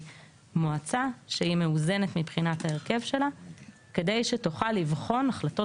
מועצה שהיא מאוזנת מבחינת ההרכב שלה כדי שתוכל לבחון החלטות